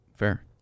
Fair